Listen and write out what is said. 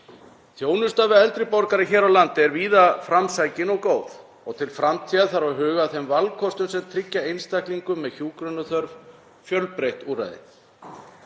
Þjónusta við eldri borgara hér á landi er víða framsækin og góð og til framtíðar þarf að huga að þeim valkostum sem tryggja einstaklingum með hjúkrunarþörf fjölbreytt úrræði.